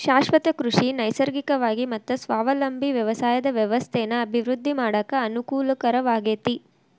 ಶಾಶ್ವತ ಕೃಷಿ ನೈಸರ್ಗಿಕವಾಗಿ ಮತ್ತ ಸ್ವಾವಲಂಬಿ ವ್ಯವಸಾಯದ ವ್ಯವಸ್ಥೆನ ಅಭಿವೃದ್ಧಿ ಮಾಡಾಕ ಅನಕೂಲಕರವಾಗೇತಿ